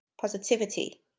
Positivity